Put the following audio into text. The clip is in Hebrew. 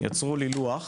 יצרו לי לוח